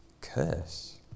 curse